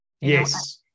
Yes